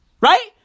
Right